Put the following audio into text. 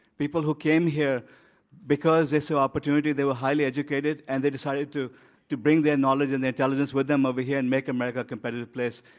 people who came here because they saw opportunity, they were highly educated, and they decided to to bring their knowledge and their intelligence with them over here and make america a competitive place.